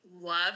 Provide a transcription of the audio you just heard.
love